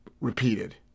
repeated